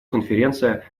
конференция